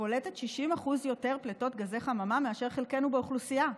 שפולטת 60% יותר גזי חממה מאשר חלקנו באוכלוסייה,